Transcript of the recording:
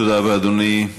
תודה רבה, אדוני.